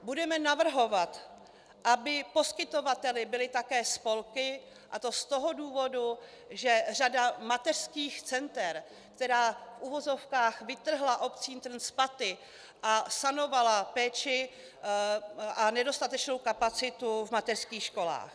Budeme navrhovat, aby poskytovateli byly také spolky, a to z toho důvodu, že řada mateřských center, která, v uvozovkách, vytrhla obcím trn z paty a sanovala péči a nedostatečnou kapacitu v mateřských školách.